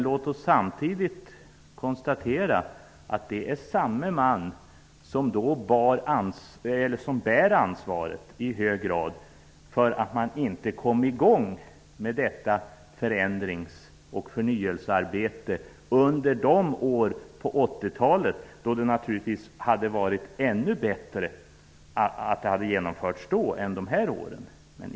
Låt oss samtidigt konstatera att det är samme man som i hög grad bär ansvaret för att man inte kom i gång med förändrings och förnyelsearbetet på 80-talet. Det hade naturligtvis varit ännu bättre att genomföra det då.